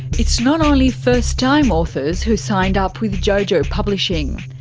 it's not only first-time authors who signed up with jojo publishing.